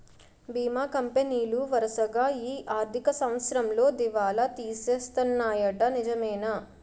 బీమా కంపెనీలు వరసగా ఈ ఆర్థిక సంవత్సరంలో దివాల తీసేస్తన్నాయ్యట నిజమేనా